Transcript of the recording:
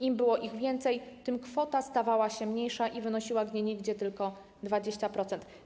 Im było ich więcej, tym kwota stawała się mniejsza i wynosiła gdzieniegdzie tylko 20%.